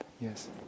Yes